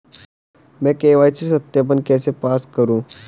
मैं के.वाई.सी सत्यापन कैसे पास करूँ?